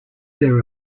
there